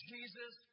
Jesus